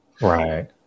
Right